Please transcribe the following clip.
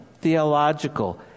theological